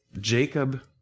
Jacob